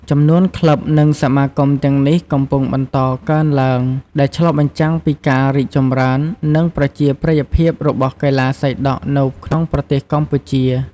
ចំនួនក្លឹប និងសមាគមទាំងនេះកំពុងបន្តកើនឡើង ដែលឆ្លុះបញ្ចាំងពីការរីកចម្រើន និងប្រជាប្រិយភាពរបស់កីឡាសីដក់នៅក្នុងប្រទេសកម្ពុជា។